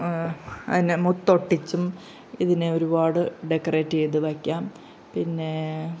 അതിനെ മുത്ത് ഒട്ടിച്ചും ഇതിനെ ഒരുപാട് ഡെക്കറേറ്റ് ചെയ്തു വയ്ക്കാം പിന്നെ